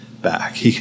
back